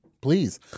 please